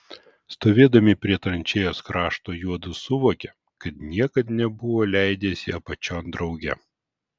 stovėdami prie tranšėjos krašto juodu suvokė kad niekad nebuvo leidęsi apačion drauge